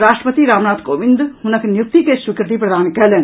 राष्ट्रपति रामनाथ कोविंद हुनक नियुक्ति के स्वीकृति प्रदान कयलनि